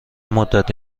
مدت